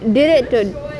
did it to